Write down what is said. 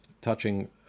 touching